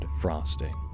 frosting